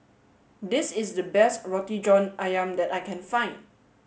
this is the best Roti John Ayam that I can find